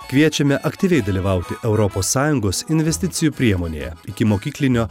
kviečiame aktyviai dalyvauti europos sąjungos investicijų priemonėje ikimokyklinio